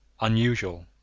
unusual